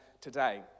today